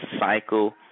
cycle